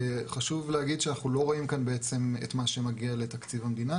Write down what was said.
חשוב להגיד שאנחנו לא רואים כאן בעצם את מה שמגיע לתקציב המדינה